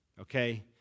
okay